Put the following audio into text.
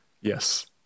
Yes